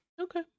Okay